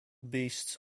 beasts